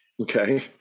Okay